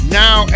now